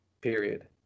period